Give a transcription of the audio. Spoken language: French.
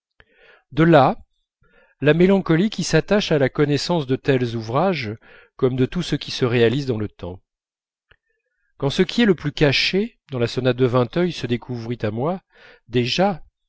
de là la mélancolie qui s'attache à la connaissance de tels ouvrages comme de tout ce qui se réalise dans le temps quand ce qui est le plus caché dans la sonate de vinteuil se découvrit à moi déjà